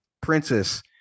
princess